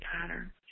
pattern